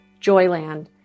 Joyland